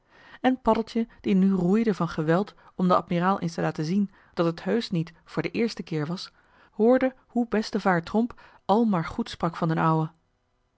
en paddeltje die nu roeide van geweld om den admiraal eens te laten zien dat het heusch niet voor den eersten keer was hoorde hoe bestevaer tromp al maar goed sprak van d'n ouwe